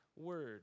word